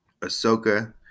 Ahsoka